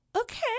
Okay